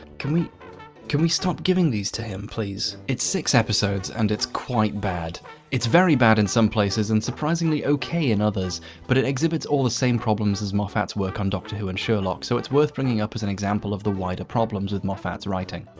can we can we stop giving these to him, please? it's six episodes, and it's quite bad it's very bad in some places and surprisingly okay in others but it exhibits all the same problems as moffat's work on doctor who and sherlock so it's worth bringing up as an example of the wider problems of moffat's writing.